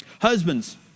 Husbands